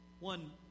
One